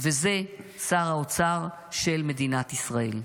וזה שר האוצר של מדינת ישראל.